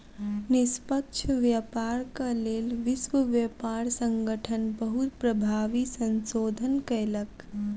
निष्पक्ष व्यापारक लेल विश्व व्यापार संगठन बहुत प्रभावी संशोधन कयलक